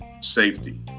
safety